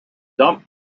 dump